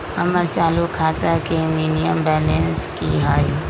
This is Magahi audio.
हमर चालू खाता के मिनिमम बैलेंस कि हई?